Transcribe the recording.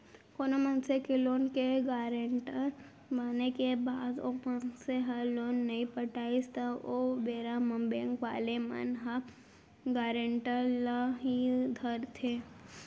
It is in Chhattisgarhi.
कोनो मनसे के लोन के गारेंटर बने के बाद ओ मनसे ह लोन नइ पटाइस त ओ बेरा म बेंक वाले मन ह गारेंटर ल ही धरथे